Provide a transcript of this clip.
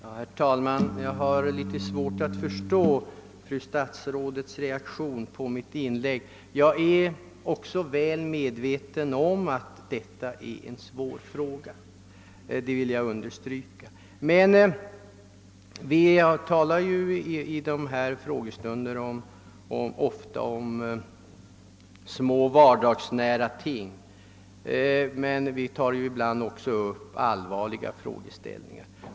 Herr talman! Jag har litet svårt att förstå statsrådet fru Odhnoffs reaktion på mitt inlägg. Jag är också väl medveten om att detta är en svår fråga. I frågestunderna talar vi också om små vardagsnära ting; men vi tar också upp allvarliga frågeställningar.